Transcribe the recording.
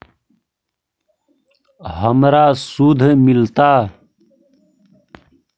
हमरा शुद्ध मिलता?